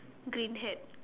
green hat